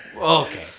Okay